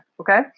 Okay